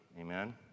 amen